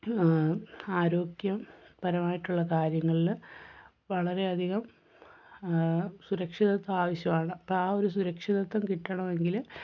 ആരോഗ്യം മ് പരമായിട്ടുള്ള കാര്യങ്ങളിൽ വളരെയധികം സുരക്ഷിതത്വം ആവശ്യമാണ് അപ്പം ആ ഒരു സുരക്ഷിതത്വം കിട്ടണമെങ്കിൽ